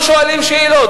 לא שואלים שאלות,